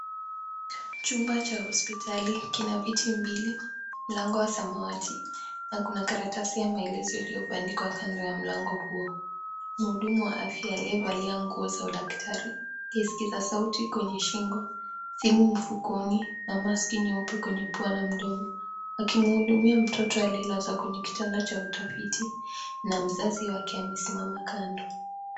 Chumba cha hospitali kina viti mbili, mlango wa samawati na kuna karatasi ya maelezo iliyobandikwa kando ya mlango huo. Mhudumu wa afya aliyevalia nguo za udaktari, kisikiza sauti kwenye shingo, simu mfukoni na maski nyeupe kwenye pua la mdomo, akimhudumia mtoto alilazwa kwenye kitanda cha utafiti na mzazi wake amesimama kando.